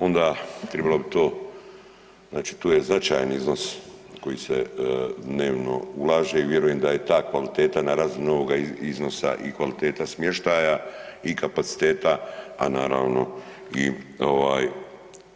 Onda trebalo bi to, znači tu je značajan iznos koji se dnevno ulaže i vjerujem da je ta kvaliteta na razini ovoga iznosa i kvaliteta smještaja i kapaciteta, a naravno i